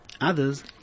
Others